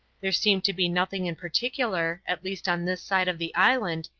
there seemed to be nothing in particular, at least on this side of the island,